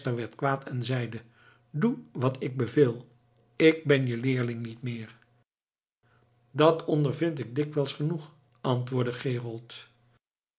kwaad en zeide doe wat ik beveel ik ben je leerling niet meer dat ondervind ik dikwijls genoeg antwoordde gerold